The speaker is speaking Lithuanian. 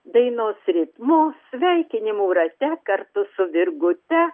dainos ritmu sveikinimų rate kartu su virgute